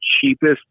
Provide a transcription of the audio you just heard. cheapest